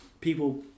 people